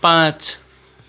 पाँच